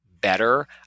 Better